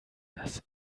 dass